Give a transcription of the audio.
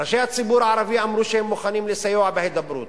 ראשי הציבור הערבי אמרו שהם מוכנים לסייע בהידברות.